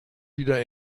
wieder